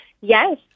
Yes